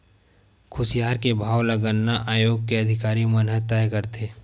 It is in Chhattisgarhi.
खुसियार के भाव ल गन्ना आयोग के अधिकारी मन ह तय करथे